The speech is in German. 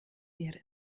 wäre